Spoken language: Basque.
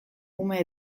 ume